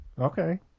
Okay